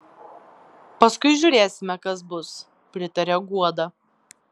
paskui žiūrėsime kas bus pritaria guoda